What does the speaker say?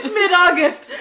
mid-August